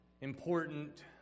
important